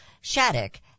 Shattuck